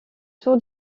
tour